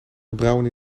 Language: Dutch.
gebrouwen